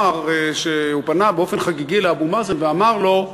כשהוא פנה באופן חגיגי לאבו מאזן ואמר לו: